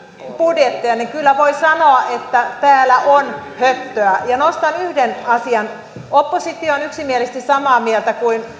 budjetteja niin kyllä voi sanoa että tällä on höttöä nostan yhden asian oppositio on yksimielisesti samaa mieltä kuin